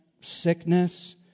sickness